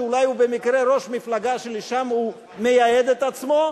שאולי הוא במקרה ראש מפלגה שלשם הוא מייעד את עצמו,